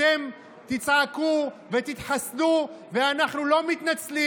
אתם תצעקו ותתחסדו ואנחנו לא מתנצלים.